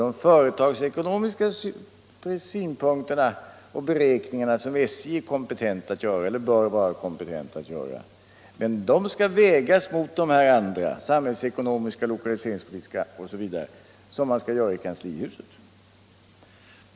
De företagsekonomiskä bedömningar och beräkningar som SJ bör vara kompetent att göra skall vägas mot de övriga bedömningar som skall ske i kanslihuset.